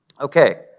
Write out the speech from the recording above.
Okay